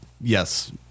Yes